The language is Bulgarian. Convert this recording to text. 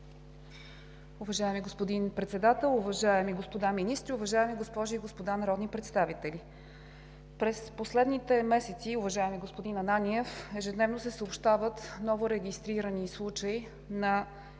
Уважаеми господин Председател, уважаеми господа министри, уважаеми госпожи и господа народни представители! През последните месеци, уважаеми господин Ананиев, ежедневно се съобщават новорегистрирани случаи на